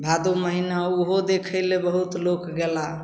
भादो महिना ओहो देखैलए बहुत लोक गेलाह